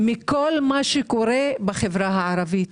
מכל מה שקורה בחברה הערבית.